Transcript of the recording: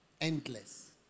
endless